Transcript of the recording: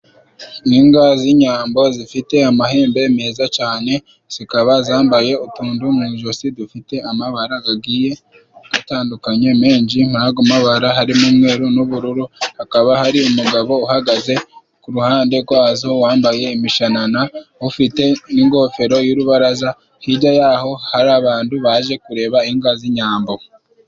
Inka z'inyambo zifite amahembe meza cane, zikaba zambaye utuntu mu ijosi, dufite amabara gagiye gatandukanye menshi, nkag'umukara, harimo umweru, n'ubururu, hakaba hari umugabo uhagaze ku ruhande rwazo, wambaye imishanana, ufite n'ingofero y'urubaraza, hirya y'aho hari abantu baje kureba inka z'inyambo.